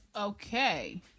Okay